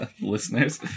listeners